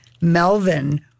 Melvin